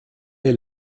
est